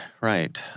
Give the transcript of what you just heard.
right